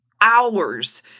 hours